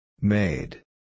Made